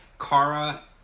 Kara